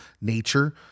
nature